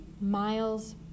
miles